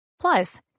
Plus